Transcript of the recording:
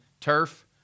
turf